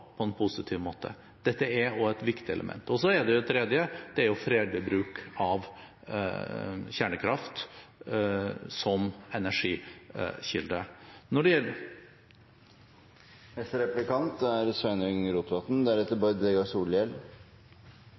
på en positiv måte. Dette er også et viktig element. Det tredje er fredelig bruk av kjernekraft som energikilde. Det er bra at regjeringa ønskjer ei atomvåpenfri verd, og det